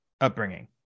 upbringing